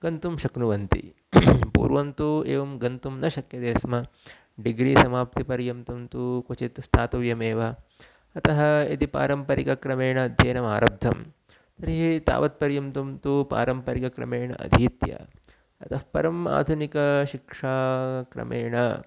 गन्तुं शक्नुवन्ति पूर्वं तु एवं गन्तुं न शक्यते स्म डिग्रीसमाप्तिपर्यन्तं तु क्वचित् स्थातव्यमेव अतः यदि पारम्परिकक्रमेण अध्ययनम् आरब्धं तर्हि तावत्पर्यन्तं तु पारम्परिकक्रमेण अधीत्य अतः परम् आधुनिकशिक्षाक्रमेण